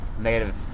negative